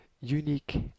unique